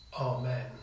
Amen